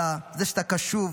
על זה שאתה קשוב,